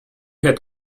had